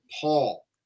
paul